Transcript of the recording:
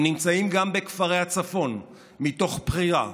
הם נמצאים גם בכפרי הצפון מתוך בחירה,